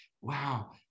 Wow